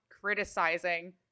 criticizing